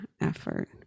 effort